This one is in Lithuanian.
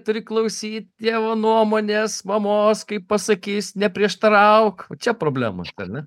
turi klausyt tėvo nuomonės mamos kaip pasakys neprieštarauk va čia problema ar ne